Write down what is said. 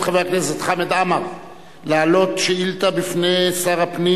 את חבר הכנסת חמד עמאר להעלות שאילתא בפני שר הפנים